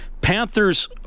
Panthers